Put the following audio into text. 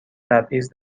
تبعیض